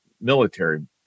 military